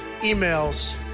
emails